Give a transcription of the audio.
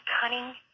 cunning